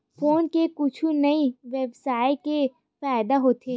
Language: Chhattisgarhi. फोन से कुछु ई व्यवसाय हे फ़ायदा होथे?